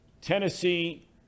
Tennessee